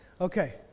Okay